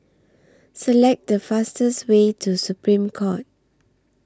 Select The fastest Way to Supreme Court